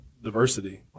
diversity